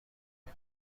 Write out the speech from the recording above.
بود